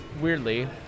weirdly